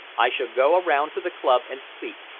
i shall go around to the club and sleep,